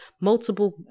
multiple